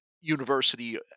university